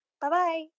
Bye-bye